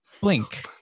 blink